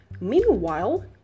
Meanwhile